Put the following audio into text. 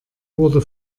wurde